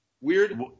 Weird